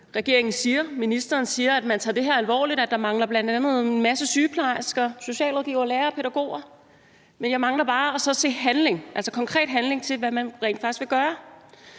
Ministeren siger, at man tager det her alvorligt, og at der bl.a. mangler en masse sygeplejersker, socialrådgivere, lærere og pædagoger. Men jeg mangler så bare at se handling, altså konkret handling – hvad man rent faktisk vil gøre.